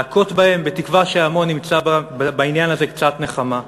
להכות בהם בתקווה שההמון ימצא בעניין הזה קצת נחמה.